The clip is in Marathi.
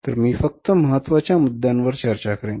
तर मी फक्त महत्त्वाच्या मुद्द्यांवर चर्चा करेन